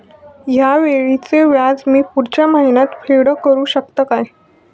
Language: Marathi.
हया वेळीचे व्याज मी पुढच्या महिन्यात फेड करू शकतय काय?